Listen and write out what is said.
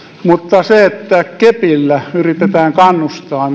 mutta me katsomme että se että kepillä yritetään kannustaa